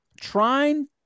trying